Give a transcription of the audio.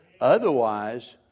Otherwise